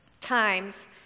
Times